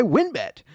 WinBet